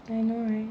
I know right